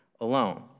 alone